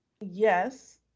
Yes